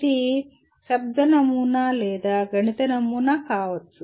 ఇది శబ్ద నమూనా లేదా గణిత నమూనా కావచ్చు